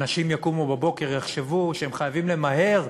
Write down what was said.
אנשים יקומו בבוקר, יחשבו שהם חייבים למהר,